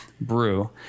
brew